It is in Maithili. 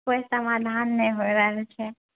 कोइ समाधान नहि भए रहल छै